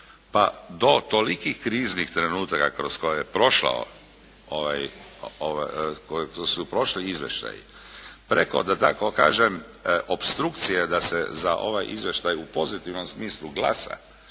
pa do tolikih kriznih trenutaka kroz koje je prošao, kojega su prošli izvještaji preko da tako kažem opstrukcije da se za ovaj izvještaj u pozitivnom smislu glasa